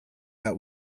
out